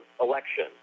election